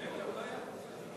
(תשלום אגרות תדר על-ידי בעל זיכיון לשידורי רדיו),